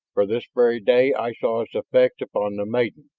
for this very day i saw its effect upon the maiden.